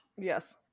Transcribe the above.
Yes